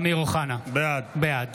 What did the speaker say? אמיר אוחנה, בעד